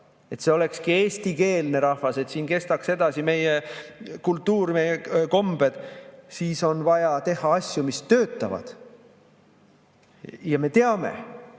et see olekski eestikeelne rahvas, et siin kestaks edasi meie kultuur, kombed, siis on vaja teha asju, mis töötavad – ja me teame,